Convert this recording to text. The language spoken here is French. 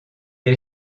est